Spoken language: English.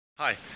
Hi